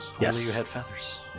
Yes